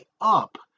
up